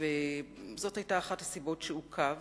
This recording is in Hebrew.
וזאת היתה אחת הסיבות לעיכוב.